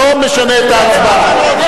לא משנה את ההצבעה.